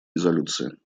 резолюции